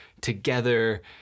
together